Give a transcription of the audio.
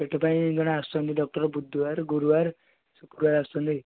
ପେଟ ପାଇଁ ଜଣେ ଆସୁଛନ୍ତି ଡକ୍ଟର ବୁଧବାର ଗୁରୁବାର ଶୁକ୍ରବାର ଆସୁଛନ୍ତି